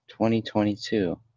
2022